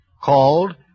called